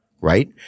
right